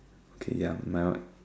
okay ya my one